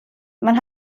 man